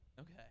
Okay